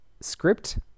script